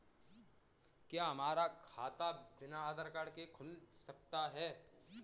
क्या हमारा खाता बिना आधार कार्ड के खुल सकता है?